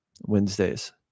Wednesdays